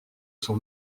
son